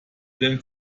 denn